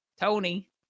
Tony